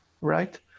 right